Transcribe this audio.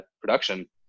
production